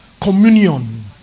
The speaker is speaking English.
communion